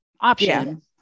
option